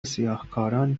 سیاهکاران